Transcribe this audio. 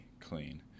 clean